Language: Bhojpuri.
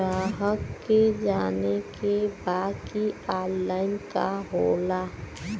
ग्राहक के जाने के बा की ऑनलाइन का होला?